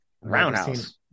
Roundhouse